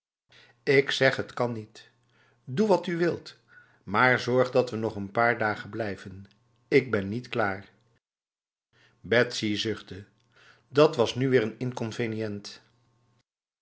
ik zeg het kan niet doe wat u wilt maar zorg dat we nog n paar dagen blijven ik ben niet klaar betsy zuchtte dat was nu weer een